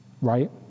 right